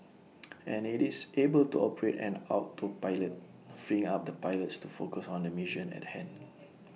and IT is able to operate on autopilot freeing up the pilots to focus on the mission at the hand